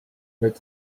vaid